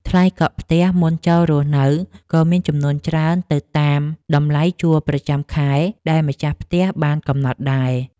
ថ្លៃកក់ផ្ទះមុនចូលរស់នៅក៏មានចំនួនច្រើនទៅតាមតម្លៃជួលប្រចាំខែដែលម្ចាស់ផ្ទះបានកំណត់ដែរ។